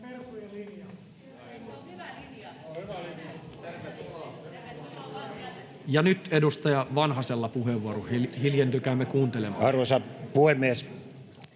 Ja nyt edustaja Vanhasella puheenvuoro. Hiljentykäämme kuuntelemaan. Arvoisa puhemies!